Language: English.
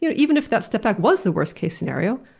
you know even if that step back was the worst-case scenario,